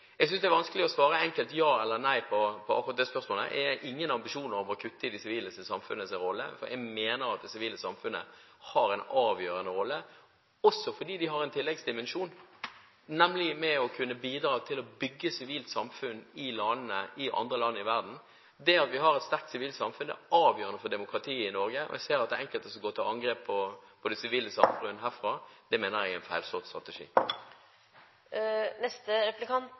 ingen ambisjoner om å kutte i det sivile samfunns rolle, for jeg mener det sivile samfunnet har en avgjørende rolle også fordi det har en tilleggsdimensjon, nemlig å kunne bidra til å bygge sivile samfunn i andre land i verden. Det at vi har et sterkt sivilt samfunn, er avgjørende for demokratiet i Norge, og jeg ser at enkelte går til angrep på det sivile samfunn herfra. Det mener jeg er en feilslått strategi.